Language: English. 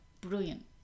brilliant